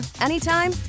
anytime